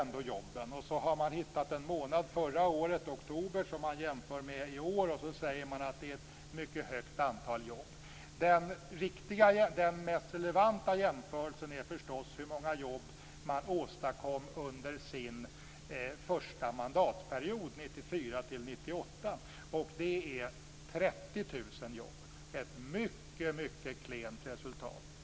Man har jämfört en månad förra året, oktober, med oktober i år och tycker att det är fråga om många jobb. Den mest relevanta jämförelsen är hur många jobb som regeringen åstadkom under mandatperioden 1994-1998. Det är 30 000 jobb. Det är ett mycket klent resultat.